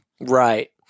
Right